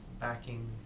backing